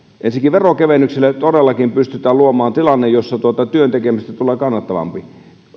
veronkevennyksillä todellakin pystytään luomaan tilanne jossa työn tekemisestä tulee kannattavampaa